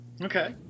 Okay